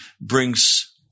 brings